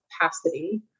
capacity